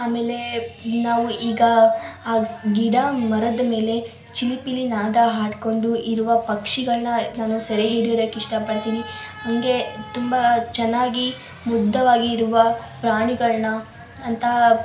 ಆಮೇಲೆ ನಾವು ಈಗ ಗಿಡ ಮರದ ಮೇಲೆ ಚಿಲಿಪಿಲಿ ನಾದ ಹಾಡಿಕೊಂಡು ಇರುವ ಪಕ್ಷಿಗಳನ್ನ ನಾನು ಸೆರೆ ಹಿಡ್ಯೋದಕ್ಕೆ ಇಷ್ಟಪಡ್ತೀನಿ ಹಂಗೆ ತುಂಬಾ ಚೆನ್ನಾಗಿ ಮುದ್ದವಾಗಿ ಇರುವ ಪ್ರಾಣಿಗಳನ್ನ ಅಂತಹ